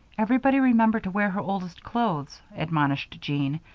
everybody remember to wear her oldest clothes, admonished jean,